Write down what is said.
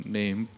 name